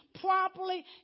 properly